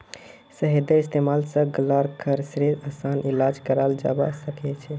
शहदेर इस्तेमाल स गल्लार खराशेर असान इलाज कराल जबा सखछे